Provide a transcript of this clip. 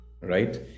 Right